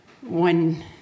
one